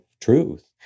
truth